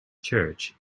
church